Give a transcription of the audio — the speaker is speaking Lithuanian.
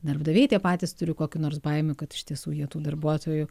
darbdaviai tie patys turi kokių nors baimių kad iš tiesų jie tų darbuotojų